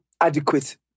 adequate